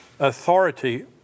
authority